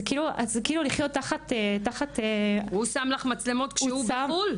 זה כאילו לחיות תחת --- הוא שם לך מצלמות כשהוא בחו"ל?